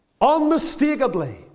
unmistakably